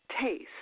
taste